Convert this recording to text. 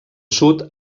sud